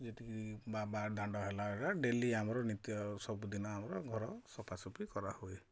ଯେତିକି ଦାଣ୍ଡ ହେଲା ଡ଼େଲି ଆମର ନିତ୍ୟ ସବୁଦିନ ଆମର ଘର ସଫାସପି କରାହୁଏ